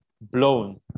blown